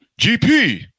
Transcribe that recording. GP